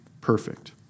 perfect